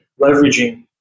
leveraging